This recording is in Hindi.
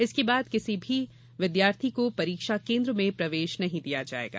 इसके बाद किसी भी छात्र को परीक्षा केन्द्र में प्रवेश नहीं दिया जायेगा